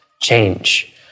change